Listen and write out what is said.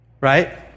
Right